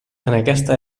aquesta